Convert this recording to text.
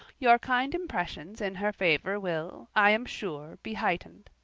your kind impressions in her favour will, i am sure, be heightened.